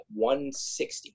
160